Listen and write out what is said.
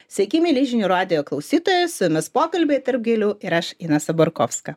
sveiki mieli žinių radijo klausytojai su jumis pokalbiai tarp gėlių ir aš inesa borkovska